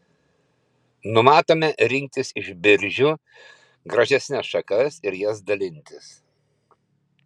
numatome rinkti iš biržių gražesnes šakas ir jas dalinti